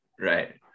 Right